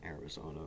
Arizona